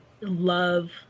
love